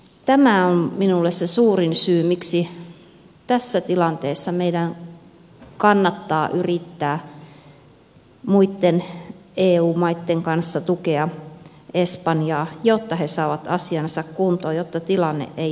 tämä on minulle se suurin syy miksi tässä tilanteessa meidän kannattaa yrittää muitten eu maitten kanssa tukea espanjaa jotta he saavat asiansa kuntoon jotta tilanne ei pahene